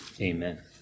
Amen